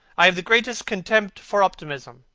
i have the greatest contempt for optimism.